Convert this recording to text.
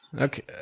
Okay